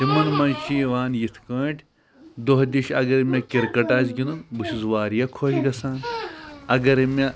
تِمَن منٛز چھِ یِوان یِتھ کٲٹھۍ دۄہ دِش اگرَے مےٚ کِرکَٹ آسہِ گِنٛدُن بہٕ چھُس واریاہ خۄش گژھان اگرَے مےٚ